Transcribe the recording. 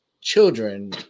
children